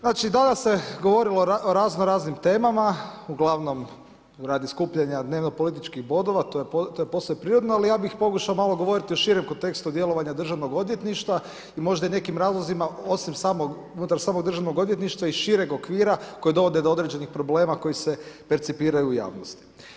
Znači danas se govorilo o raznoraznim temama, uglavnom radi skupljanja dnevnopolitičkih bodova, to je posve prirodno, ali ja bih pokušao malo govoriti o širem kontekstu djelovanja državnog odvjetništva i možda i nekim razlozima osim unutar samog državnog odvjetništva i šireg okvira koji dovode do određenih problema koji se percipiraju u javnosti.